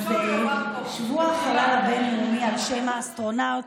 אז שבוע החלל הבין-לאומי על שם האסטרונאוט